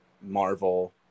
Marvel